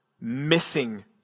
missing